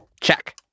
Check